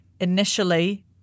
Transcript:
initially